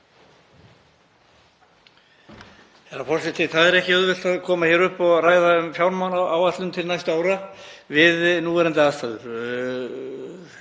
Það er ekki auðvelt að koma hér upp og ræða um fjármálaáætlun til næstu ára við núverandi aðstæður.